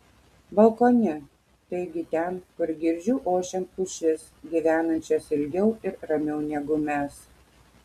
balkone taigi ten kur girdžiu ošiant pušis gyvenančias ilgiau ir ramiau negu mes